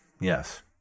Yes